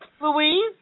Louise